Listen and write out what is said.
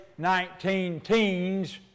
19-teens